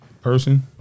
person